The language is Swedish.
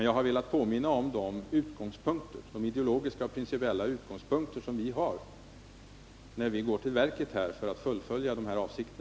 Jag har emellertid velat påminna om de ideologiska och principiella utgångspunkter som vi har, när vi går till verket för att fullfölja våra avsikter.